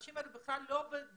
כי האנשים האלה בכלל לא בלופ,